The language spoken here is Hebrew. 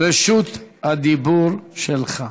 רשות הדיבור שלך.